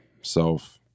self